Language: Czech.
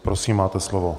Prosím, máte slovo.